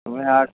त्यामुळे आज